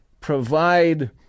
provide